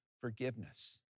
forgiveness